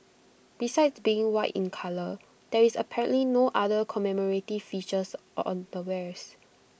besides being white in colour there is apparently no other commemorative features on the wares